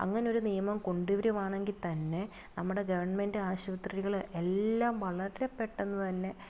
അങ്ങനൊരു നിയമം കൊണ്ടുവരികയാണെങ്കിൽ തന്നെ നമ്മുടെ ഗവണ്മെൻറ്റാശുപത്രികള് എല്ലാം വളരെ പെട്ടെന്നു തന്നെ